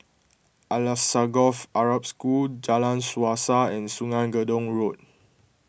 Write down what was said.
Alsagoff Arab School Jalan Suasa and Sungei Gedong Road